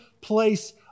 place